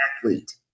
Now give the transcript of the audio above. athlete